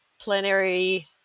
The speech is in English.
plenary